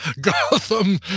Gotham